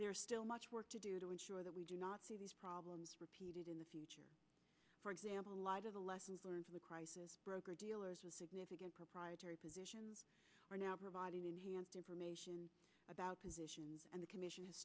is still much work to do to ensure that we do not see these problems repeated in the future for example a lot of the lessons learned from the crisis broker dealers a significant proprietary position are now providing enhanced information about positions and a commission